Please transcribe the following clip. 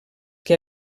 que